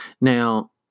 Now